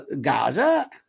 Gaza